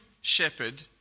shepherd